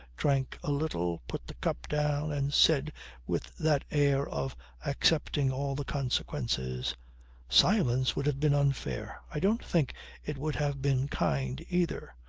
drank a little, put the cup down and said with that air of accepting all the consequences silence would have been unfair. i don't think it would have been kind either.